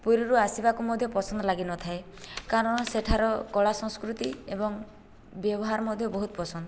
ପୁରୀରୁ ଆସିବାକୁ ମଧ୍ୟ ପସନ୍ଦ ଲାଗିନଥାଏ କାରଣ ସେଠାର କଳା ସଂସ୍କୃତି ଏବଂ ବ୍ୟବହାର ମଧ୍ୟ ବହୁତ ପସନ୍ଦ